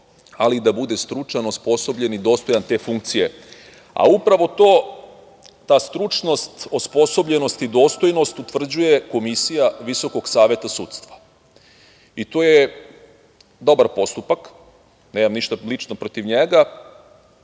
ali i da bude stručan, osposobljen i dostojan te funkcije. Upravo tu stručnost, osposobljenost i dostojnost utvrđuje Komisija Visokog saveta sudstva. To je dobar postupak, nemam ništa lično protiv njega. Dakle,